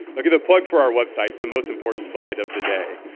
look at the plug for our websites. the most important slide of the day.